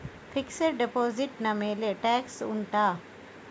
fixed deposit ನ ಮೇಲೆ tax ಉಂಟಾ